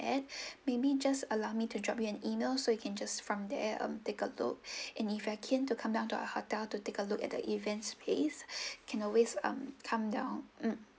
at maybe just allow me to drop you an email so you can just from there um take a look and if you are keen to come down to our hotel to take a look at the events place can always um come down mm